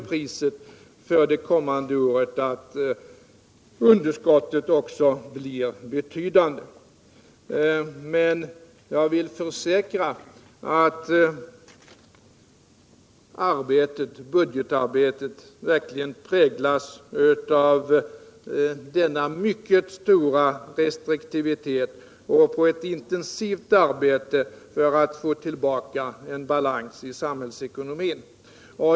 Priset för det kommande året blir då ett betydande underskott. Jag vill försäkra att budgetarbetet verkligen präglas en mycket stor restriktivitet och av intensiva ansträngningar att få tillbaka en balans i samhällsekonomin.